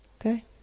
okay